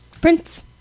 Prince